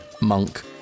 Monk